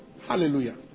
Hallelujah